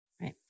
Right